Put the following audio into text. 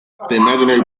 imaginary